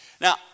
Now